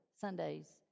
Sundays